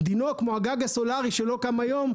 דינו כמו הגג הסולארי שלא קם היום,